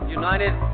united